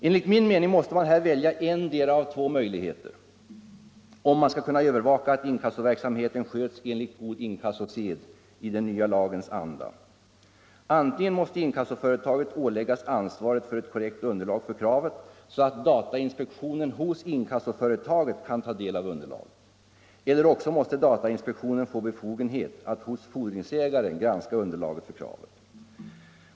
Enligt min mening måste man här välja endera av två möjligheter, om man skall kunna övervaka att inkassoverksamheten sköts enligt ”god inkassosed” i den nya lagens anda. Antingen måste inkassoföretaget åläggas ansvaret för ett korrekt underlag för kravet, så att datainspektionen hos inkassoföretaget kan ta del av underlaget, eller också måste datainspektionen få befogenhet att hos fordringsägaren granska underlaget för kravet.